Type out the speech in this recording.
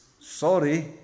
sorry